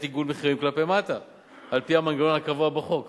עיגול מחירים כלפי מטה על-פי המנגנון הקבוע בחוק.